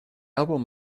album